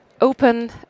open